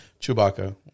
Chewbacca